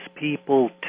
people